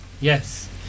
Yes